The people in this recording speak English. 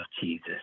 Jesus